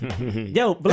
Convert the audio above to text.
yo